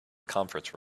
conference